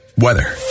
Weather